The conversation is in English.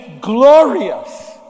glorious